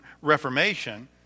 Reformation